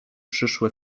przyszłe